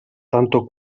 tanto